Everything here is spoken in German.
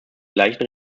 gleichen